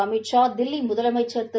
அமித் ஷா தில்லிமுதலமைச்சர் திரு